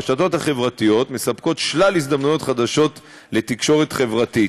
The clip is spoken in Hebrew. הרשתות החברתיות מספקות שלל הזדמנויות חדשות לתקשורת חברתית,